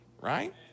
right